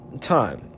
Time